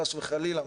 חס וחלילה.